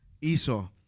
Esau